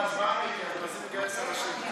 עוד פעם בהצבעה, אז מנסים לגייס אנשים.